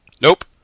Nope